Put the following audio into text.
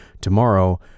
Tomorrow